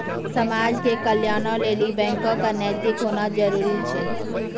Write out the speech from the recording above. समाज के कल्याणों लेली बैको क नैतिक होना जरुरी छै